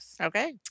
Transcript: Okay